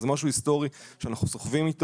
זה משהו היסטורי שאנחנו סוחבים.